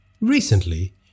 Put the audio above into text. Recently